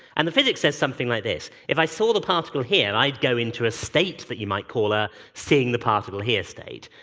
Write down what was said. and the physics says something like this. if i saw the particle here, i'd go into a state you might call a seeing the particle here state.